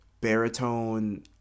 baritone